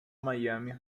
miami